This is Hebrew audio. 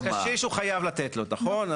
היזם אומר, לקשיש הוא חייב לתת לו, נכון?